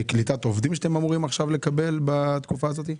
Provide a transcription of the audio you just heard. אמורים לקלוט עובדים בתקופה הזאת?